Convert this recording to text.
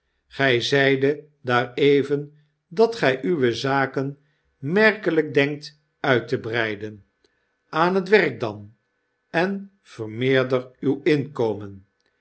gjj zeidet daar even dat gy uwe zaken merkelp denkt uit te breiden aan het werk dan en vermeerder uw inkomen